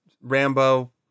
rambo